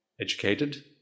educated